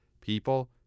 people